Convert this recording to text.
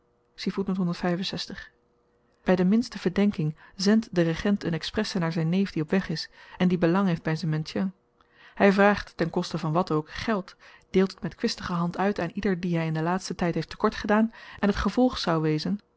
by de minste verdenking zendt de regent een expresse naar zyn neef die op weg is en die belang heeft by zyn maintien hy vraagt ten koste van wat ook geld deelt het met kwistige hand uit aan ieder dien hy in den laatsten tyd heeft te kort gedaan en t gevolg zou wezen ik